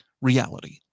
reality